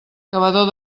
cavador